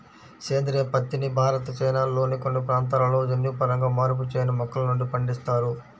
సేంద్రీయ పత్తిని భారత్, చైనాల్లోని కొన్ని ప్రాంతాలలో జన్యుపరంగా మార్పు చేయని మొక్కల నుండి పండిస్తారు